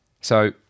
So-